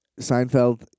Seinfeld